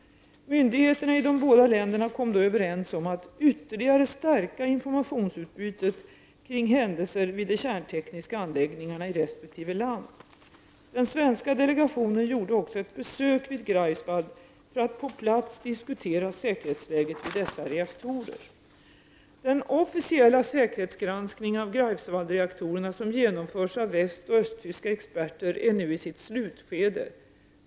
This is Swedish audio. Myndigheterna i de båda länderna kom då överens om att ytterligare stärka informationsutbytet kring händelser vid de kärntekniska anläggningarna i resp. land. Den svenska delegationen gjorde också ett besök i Greifswald för att på plats diskutera säkerhetsläget vid dessa reaktorer. Den officiella säkerhetsgranskning av Greifswaldreaktorerna som genomförs av västoch östtyska experter är nu i sitt slutskede.